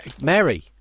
Mary